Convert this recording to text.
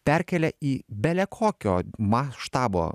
perkėlė į bele kokio maštabo